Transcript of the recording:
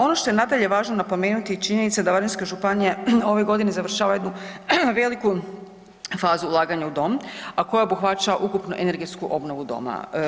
Ono što je nadalje važno napomenuti je činjenica da Varaždinska županija ove godine završava jednu veliku fazu ulaganja u dom, a koja obuhvaća ukupnu energetsku obnovu doma.